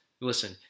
Listen